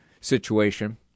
situation